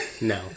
No